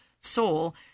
soul